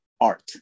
art